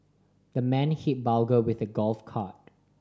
the man hit burglar with a golf club